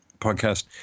podcast